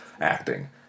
acting